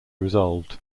resolved